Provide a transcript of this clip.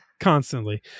Constantly